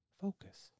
Focus